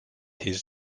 his